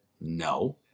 no